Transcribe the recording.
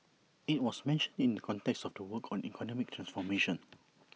IT was mentioned in the context of the work on economic transformation